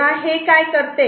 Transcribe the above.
तेव्हा हे काय करते